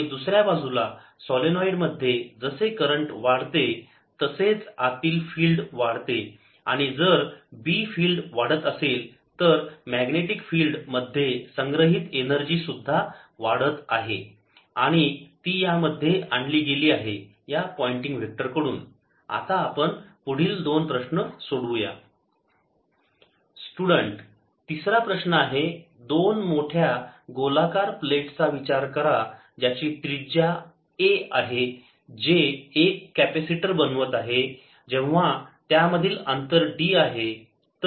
आणि दुसऱ्या बाजूला सोलेनोईड मध्ये जसे करंट वाढते तसेच आतील फिल्ड वाढते आणि जर B फिल्ड वाढत असेल तर मॅग्नेटिक फिल्ड मध्ये संग्रहित एनर्जी सुद्धा वाढत आहे आणि ती यामध्ये आणली गेली आहे या पॉइंटिंग वेक्टर कडून आता आपण पुढील दोन प्रश्न सोडवू या स्टुडन्ट तिसरा प्रश्न आहे दोन मोठ्या गोलाकार प्लेटचा विचार करा ज्याची त्रिज्या A आहे जे एक कॅपॅसिटर बनवत आहेत जेव्हा त्यांमधील अंतर d आहे